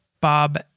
Bob